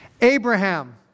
Abraham